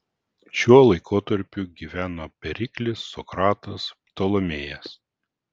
šiuo laikotarpiu gyveno periklis sokratas ptolemėjas